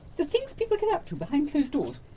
the things people get up to behind closed doors.